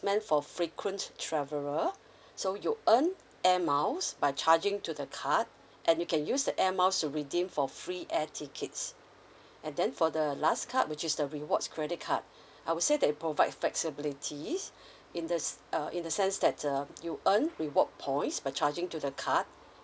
meant for frequent traveller so you earn air miles by charging to the card and you can use the air miles to redeem for free air tickets and then for the last card which is the rewards credit card I would say they provide flexibilities in this uh in the sense that err you earn reward points by charging to the card